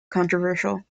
controversial